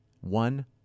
one